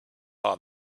are